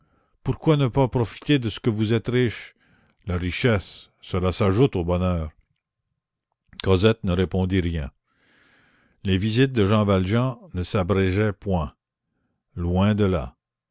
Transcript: pourquoi ne pas profiter de ce que vous êtes riches la richesse cela s'ajoute au bonheur cosette ne répondit rien les visites de jean valjean ne s'abrégeaient point loin de là